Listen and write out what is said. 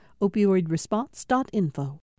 Opioidresponse.info